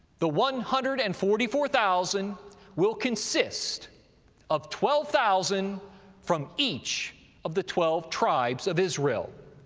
the one hundred and forty four thousand will consist of twelve thousand from each of the twelve tribes of israel,